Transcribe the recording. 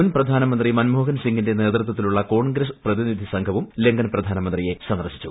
മുൻ പ്രധാനമന്ത്രി മൻമോഹൻ സിംഗിന്റെ നേതൃത്വത്തിലുള്ള കോൺഗ്രസ് പ്രതിനിധി സംഘവും ലങ്കൻ പ്രധാനമന്തിയെ സന്ദർശിച്ചു